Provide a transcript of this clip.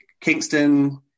Kingston